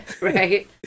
Right